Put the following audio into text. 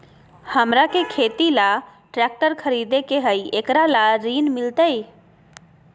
हमरा के खेती ला ट्रैक्टर खरीदे के हई, एकरा ला ऋण मिलतई?